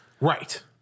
Right